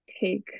take